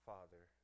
Father